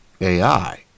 AI